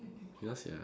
ya sia